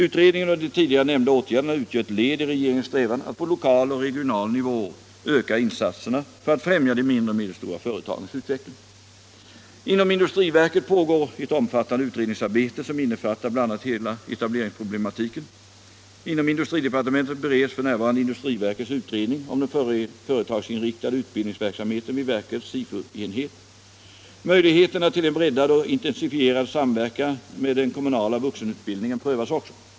Utredningen och de tidigare nämnda åtgärderna utgör ett led i regeringens strävan att på lokal och regional nivå öka insatserna för att främja de mindre och medelstora företagens utveckling. Inom industriverket pågår ett omfattande utredningsarbete som innefattar bl.a. hela etableringsproblematiken. Inom industridepartementet bereds f. n. industriverkets utredning om den företagsinriktade utbildningsverksamheten vid verkets SIFU-enhet. Möjligheterna till en breddad och intensifierad samverkan med den kommunala vuxenutbildningen prövas också.